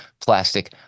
plastic